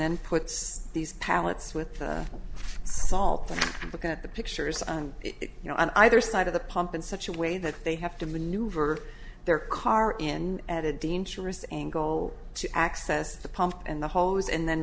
then puts these pallets with salt and look at the pictures on it you know on either side of the pump and such a way that they have to maneuver their car in at a dangerous angle to access the pump and the hose and then